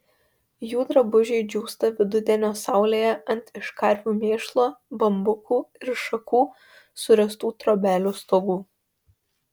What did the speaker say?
jų drabužiai džiūsta vidudienio saulėje ant iš karvių mėšlo bambukų ir šakų suręstų trobelių stogų